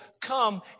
come